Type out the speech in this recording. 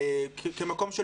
כמקום של